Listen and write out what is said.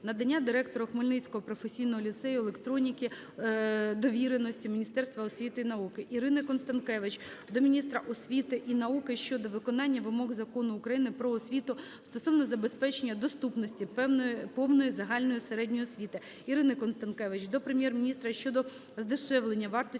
надання директору Хмельницького професійного ліцею електроніки довіреності Міністерства освіти і науки. Ірини Констанкевич до міністра освіти і науки щодо виконання вимог Закону України "Про освіту" стосовно забезпечення доступності певної, повної загальної середньої освіти. Ірини Констанкевич до Прем'єр-міністра щодо здешевлення вартості